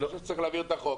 צריך להעביר את החוק.